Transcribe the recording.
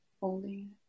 holding